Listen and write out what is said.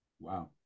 wow